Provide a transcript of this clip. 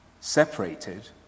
Separated